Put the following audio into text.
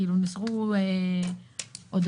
כאילו נשארו עודפים.